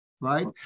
right